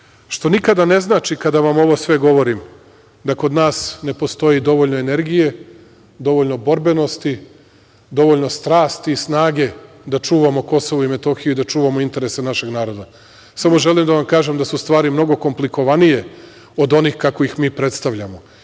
nikada ne znači, kada vam ovo sve govorim, da kod nas ne postoji dovoljno energije, dovoljno borbenosti, dovoljno strasti i snage da čuvamo Kosovo i Metohiju, da čuvamo interese našeg naroda. Samo želim da vam kažem da su stvari mnogo komplikovanije od onih kako ih mi predstavljamo,